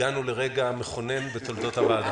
הגענו לרגע מכונן בתולדות הוועדה.